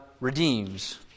redeems